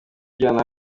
ijyana